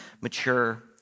mature